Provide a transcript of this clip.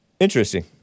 Interesting